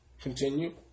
Continue